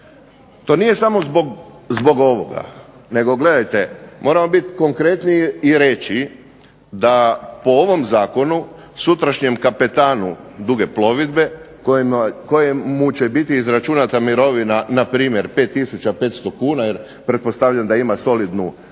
To nije samo zbog ovoga. Nego gledajte moramo biti konkretniji i reći da po ovom zakonu, sutrašnjem kapetanu duge plovidbe kojemu će biti izračunata mirovina npr. 5 tisuća 500 kn jer pretpostavljam da ima solidnu plaću,